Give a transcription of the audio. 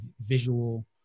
visual